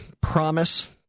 promise